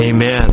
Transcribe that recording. Amen